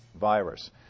virus